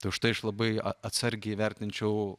tai už tai aš labai atsargiai vertinčiau